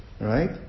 right